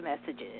messages